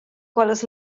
quellas